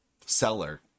seller